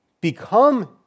become